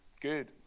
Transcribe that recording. good